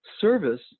service